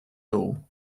all